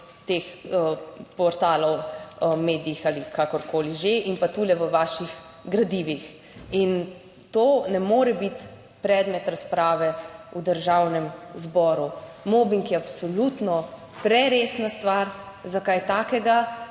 pa teh portalov v medijih ali kakorkoli že in pa tule v vaših gradivih. In to ne more biti predmet razprave v Državnem zboru. Mobing je absolutno preresna stvar za kaj takega,